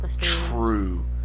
True